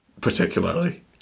particularly